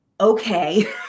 okay